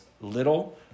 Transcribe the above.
little